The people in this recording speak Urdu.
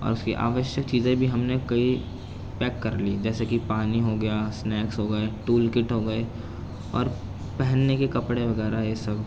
اس اس کی آوشیہ چیزیں بھی ہم نے کئی پیک کر لی جیسے کہ پانی ہو گیا اسنیکس ہو گئے ٹول کٹ ہو گئے اور پہننے کے کپڑے وغیرہ یہ سب